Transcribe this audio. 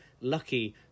lucky